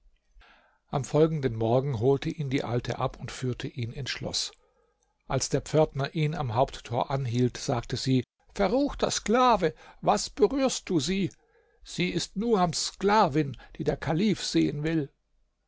am folgenden morgen holte ihn die alte ab und führte ihn ins schloß als der pförtner ihn am haupttor anhielt sagte sie verruchter sklave was berührst du sie es ist nuams sklavin die der kalif sehen will